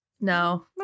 no